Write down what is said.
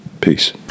Peace